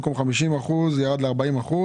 במקום 50% ירד ל-40%.